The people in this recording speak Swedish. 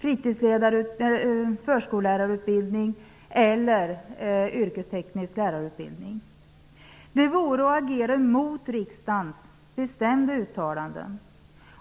Det skulle gälla förskollärarutbildning eller yrkesteknisk lärarutbildning. Det vore att agera mot riksdagens bestämda uttalanden.